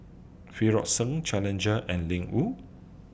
Frixion Challenger and Ling Wu